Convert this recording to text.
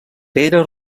pere